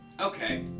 Okay